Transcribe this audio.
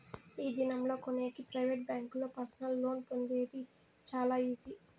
ఈ దినం లా కొనేకి ప్రైవేట్ బ్యాంకుల్లో పర్సనల్ లోన్ పొందేది చాలా ఈజీ